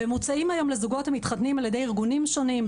ומוצעים היום לזוגות המתחתנים על ידי ארגונים שונים,